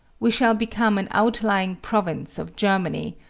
we shall become an outlying province of germany,